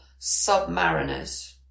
submariners